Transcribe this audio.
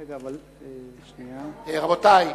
רבותי,